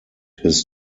his